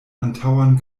antaŭan